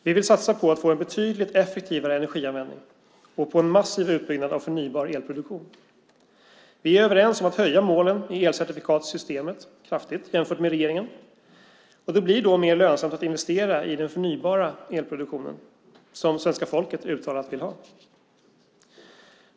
Vi vill satsa på att få en betydligt effektivare energianvändning och på en massiv utbyggnad av förnybar elproduktion. Vi är överens om att höja målen i elcertifikatssystemet kraftigt jämfört med regeringen. Det blir då mer lönsamt att investera i den förnybara elproduktionen som svenska folket uttalat vill ha.